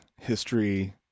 history